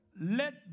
Let